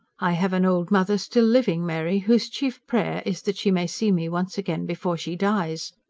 i have an old mother still living, mary, whose chief prayer is that she may see me once again before she dies.